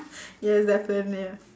yes definitely ah